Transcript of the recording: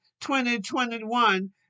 2021